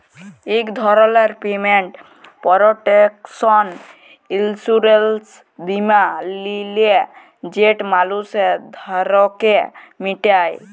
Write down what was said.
ইক ধরলের payment protection insurance বীমা লিলে যেট মালুসের ধারকে মিটায়